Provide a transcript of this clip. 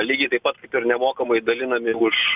lygiai taip pat kaip ir nemokamai dalinami už